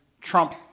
Trump